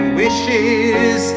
wishes